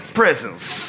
presents